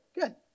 good